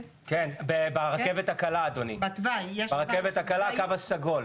כן, ברכבת הקלה, אדוני, הקו הסגול.